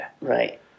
Right